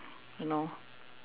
you know